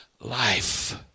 life